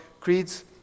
creeds